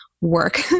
work